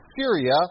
Syria